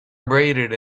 abraded